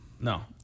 No